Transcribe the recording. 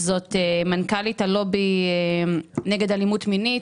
זאת מנכ"לית הלובי נגד אלימות מינית,